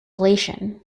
relation